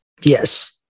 yes